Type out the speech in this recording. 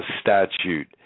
statute